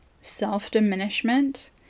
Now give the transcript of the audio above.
self-diminishment